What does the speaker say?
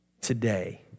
today